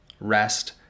rest